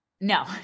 No